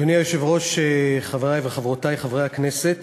אדוני היושב-ראש, חברי וחברותי חברי הכנסת,